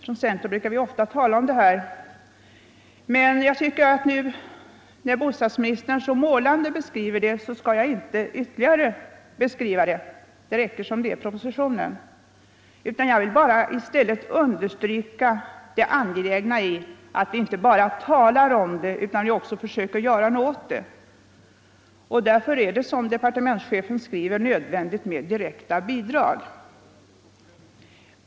Från centern brukar vi ofta tala om detta, men när nu bostadsministern så målande beskriver det skall jag inte ytterligare gå in på saken. Det räcker med det som står i propositionen. Jag vill emellertid understryka det angelägna i att vi inte bara talar om detta utan också försöker göra något åt det, och därför är det - som departementschefen skriver — nödvändigt med direkta bidrag.